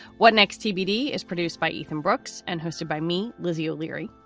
what next? tbd is produced by ethan brooks and hosted by me. lizzie o'leary.